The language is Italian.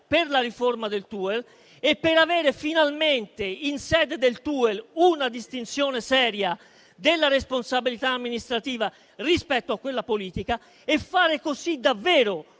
per la riforma del TUEL per avere finalmente in quella sede una distinzione seria della responsabilità amministrativa rispetto a quella politica e rendere così davvero